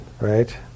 right